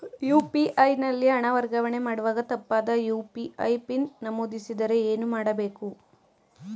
UPI ನಲ್ಲಿ ಹಣ ವರ್ಗಾವಣೆ ಮಾಡುವಾಗ ತಪ್ಪಾದ ಯು.ಪಿ.ಐ ಪಿನ್ ನಮೂದಿಸಿದರೆ ಏನು ಮಾಡಬೇಕು?